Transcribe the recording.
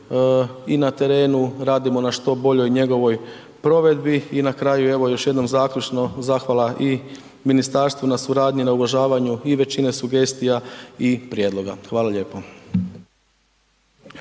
i na terenu radimo na što boljoj njegovoj provedbi i na kraju evo još jednom zaključno, zahvala i ministarstvu na suradnji, na uvažavanju i većine sugestija i prijedloga, hvala lijepo.